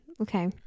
okay